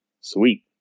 sweet